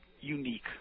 unique